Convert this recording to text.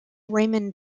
raymond